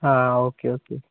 ആ okay okay